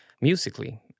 musically